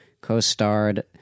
co-starred